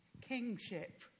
kingship